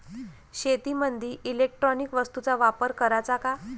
शेतीमंदी इलेक्ट्रॉनिक वस्तूचा वापर कराचा का?